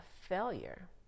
failure